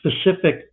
specific